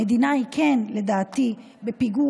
המדינה היא כן, לדעתי, בפיגור